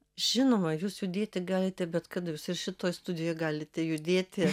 žinoma jūs judėti galite bet kada ir šitoj studijoj galite judėti